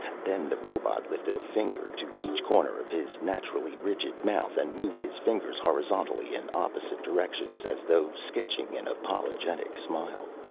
then the robot lifted a finger to each corner of his naturally rigid mouth, and moved his fingers horizontally in opposite directions, as though sketching an apologetic smile.